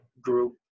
group